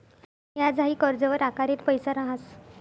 याज हाई कर्जवर आकारेल पैसा रहास